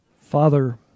Father